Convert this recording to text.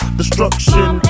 destruction